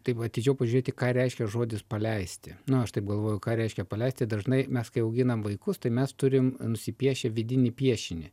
taip atidžiau pažiūrėti ką reiškia žodis paleisti nu aš taip galvoju ką reiškia paleisti dažnai mes kai auginam vaikus tai mes turim nusipiešę vidinį piešinį